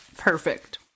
Perfect